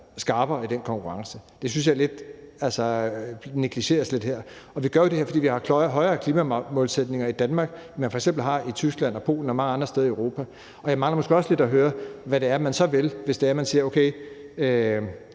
skarpere i den konkurrence. Det synes jeg negligeres lidt her. Vi gør jo det her, fordi vi har højere klimamålsætninger i Danmark, end man f.eks. har i Tyskland og Polen og mange andre steder i Europa. Og jeg mangler måske også lidt at høre, hvad det så er, man vil, hvis det er, man siger, at